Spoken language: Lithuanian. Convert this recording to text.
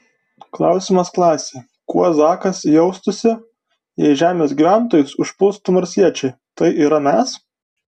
klausimas klasei kuo zakas jaustųsi jei žemės gyventojus užpultų marsiečiai tai yra mes